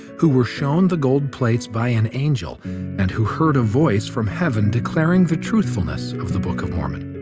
who were shown the gold plates by an angel and who heard a voice from heaven declaring the truthfulness of the book of mormon.